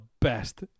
best